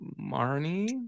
Marnie